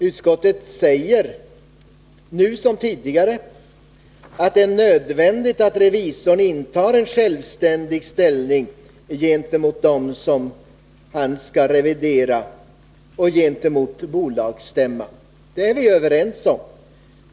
Utskottet skriver, nu som tidigare, att det är nödvändigt att revisorn intar en självständig ställning gentemot det företag där han skall revidera och gentemot bolagsstämman. Det är vi överens om.